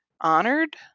honored